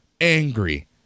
angry